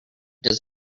does